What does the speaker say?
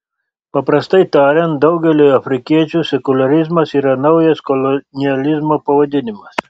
paprastai tariant daugeliui afrikiečių sekuliarizmas yra naujas kolonializmo pavadinimas